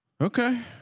Okay